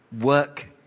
Work